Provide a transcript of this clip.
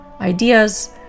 ideas